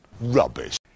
Rubbish